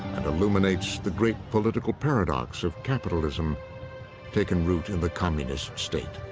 and illuminates the great political paradox of capitalism taken root in the communist state.